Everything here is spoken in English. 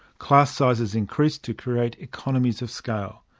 class sizes increased to create economies of scale.